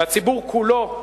והציבור כולו,